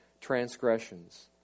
transgressions